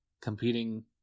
competing